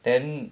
then